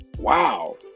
Wow